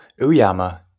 Uyama